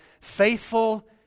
Faithful